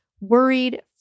worried